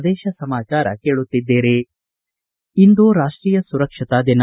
ಪ್ರದೇಶ ಸಮಾಚಾರ ಕೇಳುತ್ತಿದ್ದೀರಿ ಇಂದು ರಾಷ್ಷೀಯ ಸುರಕ್ಷತಾ ದಿನ